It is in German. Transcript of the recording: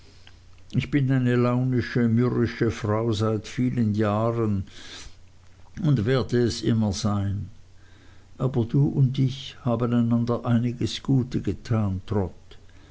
ich bin eine launische mürrische frau seit vielen jahren und werde es immer sein aber du und ich haben einander einiges gute getan